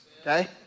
okay